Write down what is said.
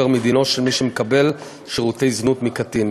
מדינו של מי שמקבל שירותי זנות מקטין.